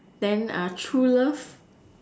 then uh true love